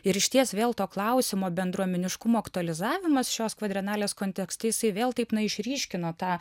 ir išties vėl to klausimo bendruomeniškumo aktualizavimas šios kvadrenalės kontekste jisai vėl taip na išryškino tą